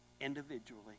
individually